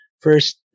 first